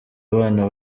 abana